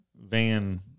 Van